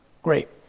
great.